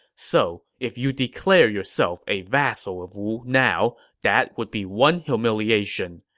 so if you declare yourself a vassal of wu now, that would be one humiliation.